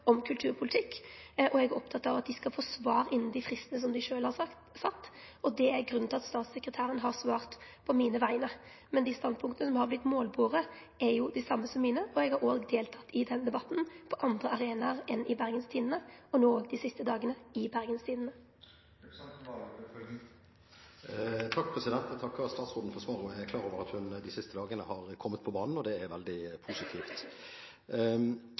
om kulturpolitikk, og eg er oppteken av at dei skal få svar innanfor dei fristane som dei sjølve har sett. Det er grunnen til at statssekretæren har svart på vegner av meg. Men dei standpunkta som er vortne målborne, er jo dei same som mine, og eg har også delteke i denne debatten på andre arenaer enn i Bergens Tidende, og no dei siste dagane i Bergens Tidende. Jeg takker statsråden for svaret. Jeg er klar over at hun de siste dagene har kommet på banen, og det er veldig positivt.